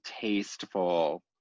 tasteful